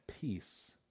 peace